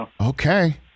Okay